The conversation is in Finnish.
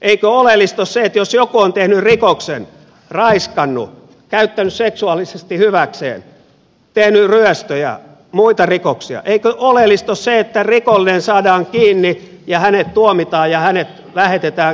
eikö oleellista ole se että jos joku on tehnyt rikoksen raiskannut käyttänyt seksuaalisesti hyväkseen tehnyt ryöstöjä muita rikoksia niin hänet saadaan kiinni ja hänet tuomitaan ja hänet lähetetään rangaistusta kärsimään